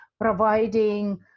providing